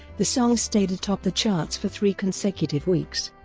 the song stayed atop the charts for three consecutive weeks,